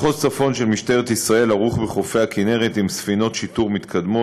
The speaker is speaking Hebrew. מחוז צפון של משטרת ישראל ערוך בחופי הכינרת עם ספינות שיטור מתקדמות,